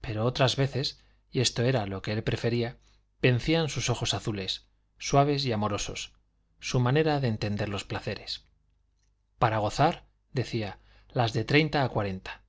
pero otras veces y esto era lo que él prefería vencían sus ojos azules suaves y amorosos su manera de entender los placeres para gozar decía las de treinta a cuarenta